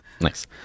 Nice